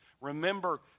remember